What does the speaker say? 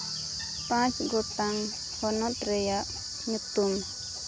ᱯᱟᱸᱪ ᱜᱚᱴᱟᱝ ᱯᱚᱱᱚᱛ ᱨᱮᱭᱟᱜ ᱧᱩᱛᱩᱢ